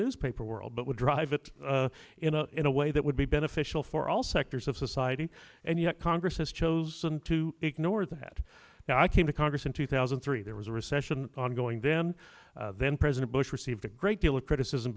newspaper world but would drive it in a in a way that would be beneficial for all sectors of society and yet congress has chosen to ignore that now i came to congress in two thousand and three there was a recession on going then then president bush received a great deal of criticism